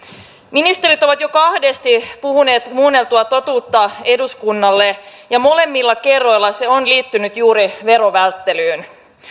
ministerit ovat jo kahdesti puhuneet muunneltua totuutta eduskunnalle ja molemmilla kerroilla se on liittynyt juuri verovälttelyyn